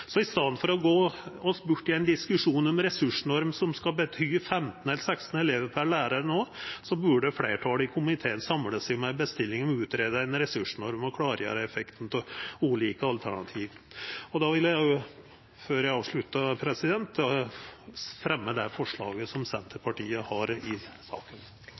I staden for å gå oss bort i ein diskusjon om ei ressursnorm som skal bety 15 eller 16 elevar per lærar, burde fleirtalet i komiteen samla seg om ei bestilling om å få greidd ut ei ressursnorm og klargjort effekten av ulike alternativ. Før eg avsluttar, vil eg fremja det forslaget Senterpartiet har i saka.